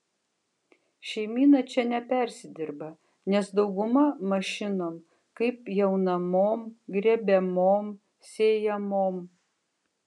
šeimyna čia nepersidirba nes dauguma mašinom kaip pjaunamom grėbiamom sėjamom